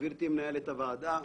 אני פותח את ישיבת ועדת הכלכלה.